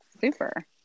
super